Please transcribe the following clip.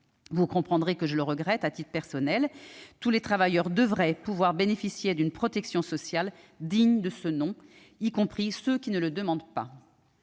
Vous comprendrez que, à titre personnel, je le regrette ; tous les travailleurs devraient bénéficier d'une protection sociale digne de ce nom, y compris ceux qui ne le demandent pas.